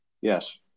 Yes